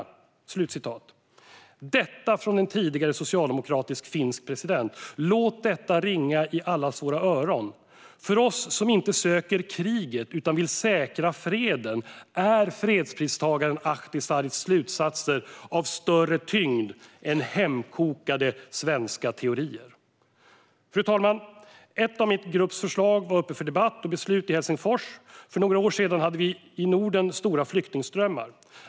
Detta sa alltså en tidigare socialdemokratisk finsk president. Låt detta ringa i allas våra öron! För oss som inte söker kriget utan vill säkra freden är fredspristagaren Ahtisaaris slutsatser av större tyngd än hemkokade svenska teorier. Fru talman! Ett av min grupps förslag var uppe för debatt och beslut i Helsingfors. För några år sedan hade vi i Norden stora flyktingströmmar.